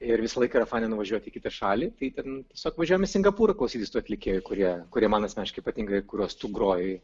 ir visąlaik yra faina nuvažiuoti į kitą šalį tai ten tiesiog važiuojam į singapūrą klausytis tų atlikėjų kurie kurie man asmeniškai patinka ir kuriuos tu groji